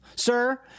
Sir